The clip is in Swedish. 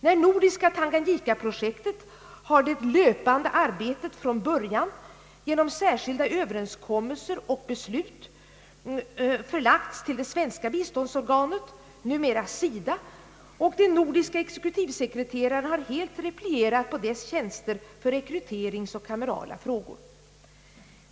För nordiska Tanganyika-projektet har det löpande arbetet från början genom särskilda överenskommelser och beslut förlagts till det svenska biståndsorganet, numera SIDA, och den nordiska exekutivsekreteraren har helt replierat på dess tjänster för rekryteringsoch kamerala frågor.